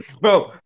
bro